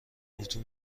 اتو